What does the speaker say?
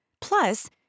Plus